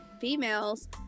females